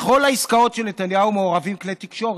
בכל העסקאות של נתניהו מעורבים כלי תקשורת.